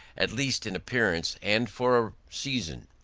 at least in appearance and for a season.